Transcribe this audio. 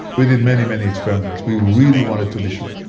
we did many, many experiments. we really wanted to be sure.